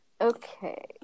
Okay